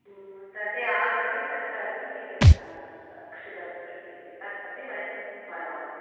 त ते आगत्य तत्र अपि क्षिपतुं शक्यते तत् अपि वयं वदामः